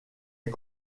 est